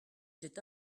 cet